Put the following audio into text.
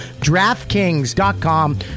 DraftKings.com